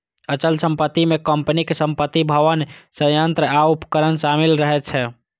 अचल संपत्ति मे कंपनीक संपत्ति, भवन, संयंत्र आ उपकरण शामिल रहै छै